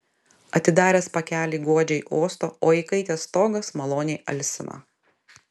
atidaręs pakelį godžiai uosto o įkaitęs stogas maloniai alsina